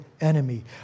enemy